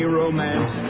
romance